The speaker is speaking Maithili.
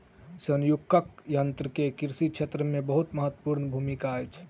संयुक्तक यन्त्र के कृषि क्षेत्र मे बहुत महत्वपूर्ण भूमिका अछि